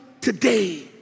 today